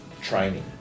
training